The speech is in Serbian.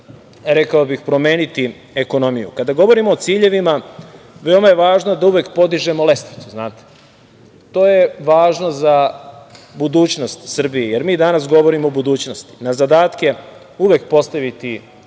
rekao bih, promeniti ekonomiju. Kada govorimo o ciljevima veoma je važno da uvek podižemo lestvicu, znate. To je važno za budućnost Srbije, jer mi danas govorimo o budućnosti. Na zadatke uvek postaviti nove